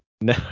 No